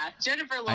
Jennifer